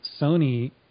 Sony